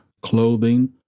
clothing